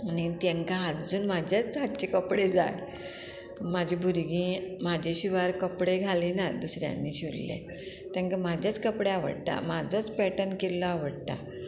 आनी तांकां आजून म्हाजेच हातचे कपडे जाय म्हाजीं भुरगीं म्हाजे शिवाय कपडे घालिनात दुसऱ्यांनी शिंवल्ले तांकां म्हाजेच कपडे आवडटा म्हाजोच पॅटर्न केल्लो आवडटा